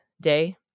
day